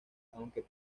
aunque